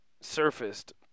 surfaced